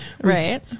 right